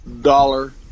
dollar